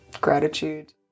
gratitude